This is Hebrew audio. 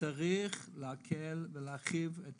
צריך להקל ולהרחיב את